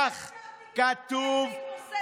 העובדות הן מיקי, באמת, אתה יודע את זה.